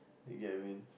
you get what I mean